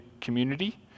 community